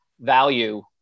value